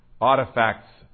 artifacts